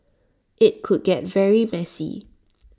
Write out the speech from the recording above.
IT could get very messy